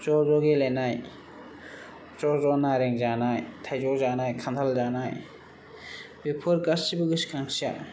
ज' ज' गेलेनाय ज' ज' नारें जानाय थाइजौ जानाय खान्थाल जानाय बेफोर गासैबो गोसोखांथिया